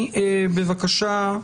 בבקשה,